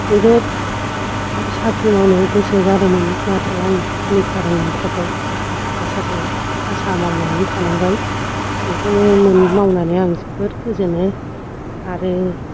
जोबोद साख्रि मावनो गोसो जादोंमोन नाथाय आं लोखा रोङैनि थाखाय आसाखौ आसा मावनानै थानांबाय बेखौनो मावनानै आं जोबोर गोजोनो आरो